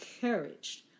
encouraged